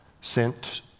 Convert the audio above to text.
sent